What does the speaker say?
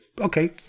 okay